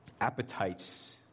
appetites